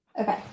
Okay